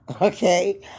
okay